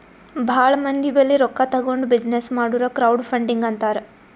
ಭಾಳ ಮಂದಿ ಬಲ್ಲಿ ರೊಕ್ಕಾ ತಗೊಂಡ್ ಬಿಸಿನ್ನೆಸ್ ಮಾಡುರ್ ಕ್ರೌಡ್ ಫಂಡಿಂಗ್ ಅಂತಾರ್